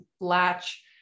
latch